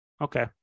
okay